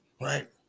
right